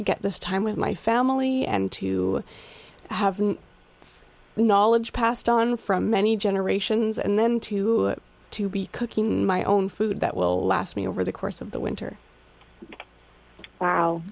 get this time with my family and to have knowledge passed on from many generations and then to to be cooking my own food that will last me over the course of the winter wow